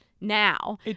now